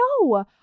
no